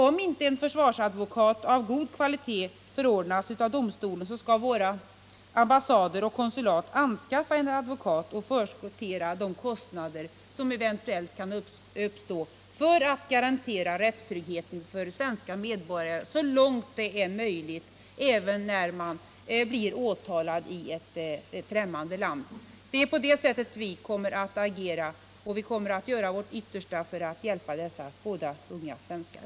Om inte en försvarsadvokat av god kvalitet förordnas av domstolen skall våra ambassader och konsulat anskaffa en advokat och förskottera de kostnader som eventuellt kan uppstå — för att garantera rättstryggheten för svenska medborgare så långt det är möjligt även när de blir åtalade i främmande land. Det är på det sättet som vi kommer att agera och vi kommer att göra vårt yttersta för att hjälpa dessa båda unga svenskar.